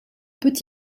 peut